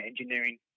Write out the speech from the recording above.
engineering